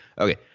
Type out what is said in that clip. Okay